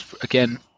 Again